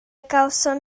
gawson